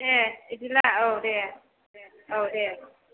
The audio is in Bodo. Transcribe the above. दे बिदिब्ला औ दे औ दे